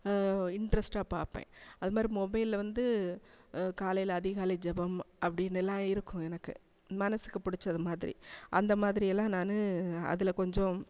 இன்ட்ரஸ்ட்டா பார்ப்பேன் அதுமாதிரி மொபைலில் வந்து காலையில் அதிகாலை ஜெபம் அப்படினெல்லாம் இருக்கும் எனக்கு மனசுக்கு பிடிச்சதுமாதிரி அந்த மாதிரியெல்லாம் நான் அதில் கொஞ்சம்